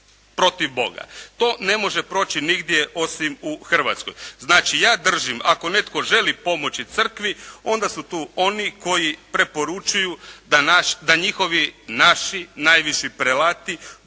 protiv Boga. To ne može proći nigdje osim u Hrvatskoj. Znači ja držim ako netko želi pomoći crkvi onda su tu oni koji preporučuju da naš, da njihovi, naši najviši prelati